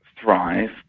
thrive